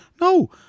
no